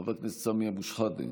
חבר הכנסת סמי אבו שחאדה,